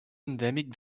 endèmic